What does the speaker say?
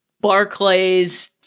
Barclays